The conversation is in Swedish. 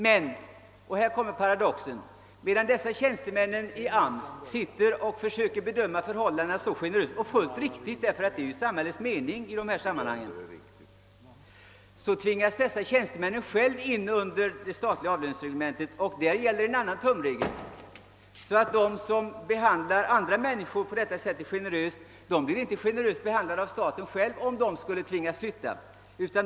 Men — och det är det paradoxala — medan dessa tjänstemän på AMS försöker bedöma dessa förhållanden så generöst som möjligt, vilket också är riktigt, eftersom det är samhällets avsikt i detta sammanhang — tvingas dessa tjänstemän själva in under det statliga avlöningsreglementet, där en annan tumregel gäller. De som själva har att på ett generöst sätt behandla andra människors ärenden blir alltså inte generöst behandlade av staten, om de skulle tvingas flytta.